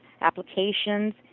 applications